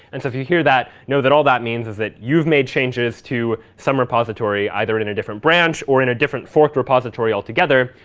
and so if you hear that, know that all that means is that you've made changes to some repository, either in in a different branch, or in a different forked repository altogether,